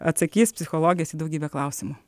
atsakys psichologės į daugybę klausimų